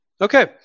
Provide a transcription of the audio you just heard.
Okay